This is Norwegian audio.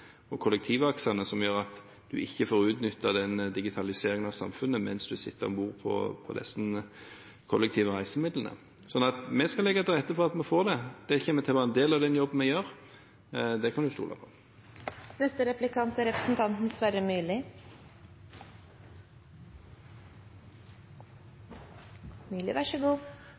og kollektivaksene, som gjør at en ikke får utnyttet digitaliseringen av samfunnet mens man sitter ombord på disse kollektive reisemidlene. Vi skal legge til rette for at vi får det. Det kommer til å være en del av den jobben vi gjør. Det kan man stole på. Jeg er enig i representanten